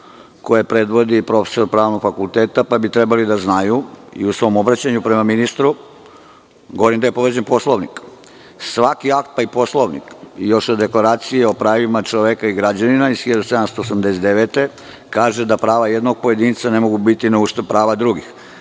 koje predvodi profesor Pravnog fakulteta, pa bi trebali da znaju i u svom obraćanju prema ministru, govorim gde je povređen Poslovnik. Svaki akt pa i Poslovnik, još od Deklaracije o pravima čoveka i građanina iz 1789. godine, kaže da prava jednog pojedinca ne mogu biti na uštrb prava drugih. Tako